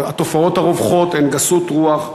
התופעות הרווחות הן גסות רוח,